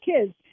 kids